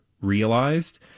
realized